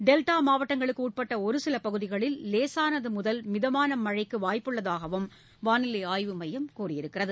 delta மாவட்டங்களுக்கு உட்பட்ட ஒருசில பகுதிகளில் லேசானது முதல் மிதமான மழை பெய்ய வாய்ப்புள்ளதாகவும் வானிலை ஆய்வு மையம் கூறியுள்ளது